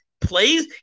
plays